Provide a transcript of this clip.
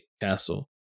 castle